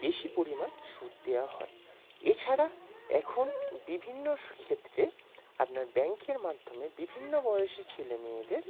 বেশি পরিমাণ সুদ দেওয়া হয় এছাড়া এখন বিভিন্ন ক্ষেত্রে আপনার ব্যাঙ্কের মাধ্যমে বিভিন্ন বয়সী ছেলে মেয়েদের